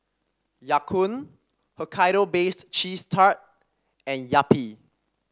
Ya Kun Hokkaido Baked Cheese Tart and Yupi